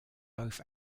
both